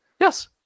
Yes